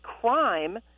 crime